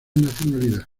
nacionalidad